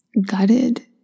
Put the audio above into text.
gutted